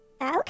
Okay